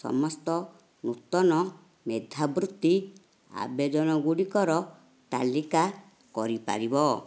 ସମସ୍ତ ନୂତନ ମେଧାବୃତ୍ତି ଆବେଦନଗୁଡ଼ିକର ତାଲିକା କରିପାରିବ